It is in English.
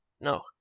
No